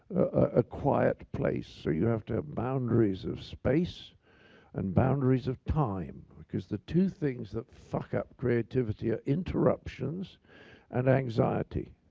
a quiet place. so you have to have boundaries of space and boundaries of time. because the two things that fuck up creativity are interruptions and anxiety.